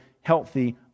healthy